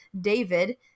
David